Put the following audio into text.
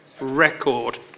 record